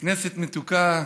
כנסת מתוקה,